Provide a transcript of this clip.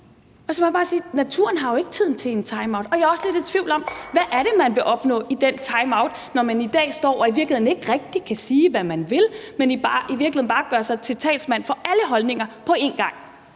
Og så må jeg bare sige: Naturen har jo ikke tiden til at tage en timeout. Og jeg er også lidt i tvivl om, hvad det er, man vil opnå med den timeout, når man i dag står og i virkeligheden ikke rigtig kan sige, hvad man vil, men i virkeligheden bare gør sig til talsmand for alle holdninger på én gang.